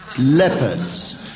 Leopards